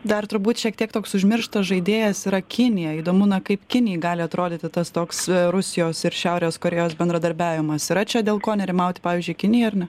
dar turbūt šiek tiek toks užmirštas žaidėjas yra kinija įdomu kaip kinijai gali atrodyti tas toks rusijos ir šiaurės korėjos bendradarbiavimas yra čia dėl ko nerimauti pavyzdžiui kinijai ar ne